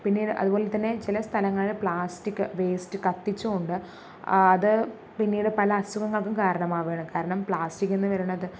പിന്നീട് അതു പോലെ തന്നെ ചില സ്ഥലങ്ങളിൽ പ്ലാസ്റ്റിക് വെയ്സ്റ്റ് കത്തിച്ചു കൊണ്ട് അത് പിന്നീട് പല അസുഖങ്ങൾക്കും കാരണം ആവുകയാണ് കാരണം പ്ലാസ്റ്റിക് എന്ന് പറയുന്നത്